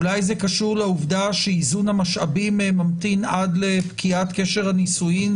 אולי זה קשור לעובדה שאיזון המשאבים ממתין עד לפקיעת קשר הנישואין,